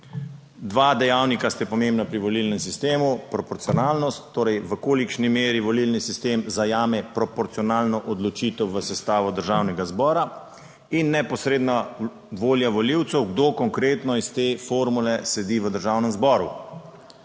Dva dejavnika sta pomembna pri volilnem sistemu: proporcionalnost, torej v kolikšni meri volilni sistem zajame proporcionalno odločitev v sestavo državnega zbora in neposredna volja volivcev, kdo konkretno iz te formule sedi v Državnem zboru.